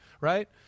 right